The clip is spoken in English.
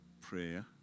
prayer